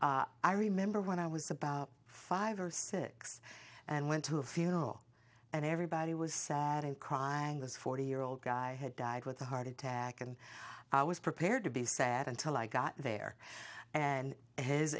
i remember when i was about five or six and went to a funeral and everybody was sad and crying this forty year old guy had died with a heart attack and i was prepared to be sad until i got there and his